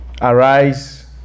arise